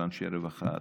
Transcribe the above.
של אנשי רווחה,